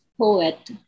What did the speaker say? poet